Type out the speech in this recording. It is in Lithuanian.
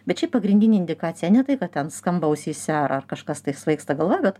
bet šiaip pagrindinė indikacija ne tai kad ten skamba ausyse ar ar kažkas tai svaigsta galva bet